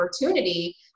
opportunity